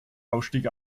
ausstieg